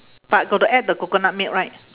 but got to add the coconut milk right